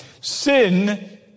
Sin